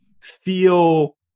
feel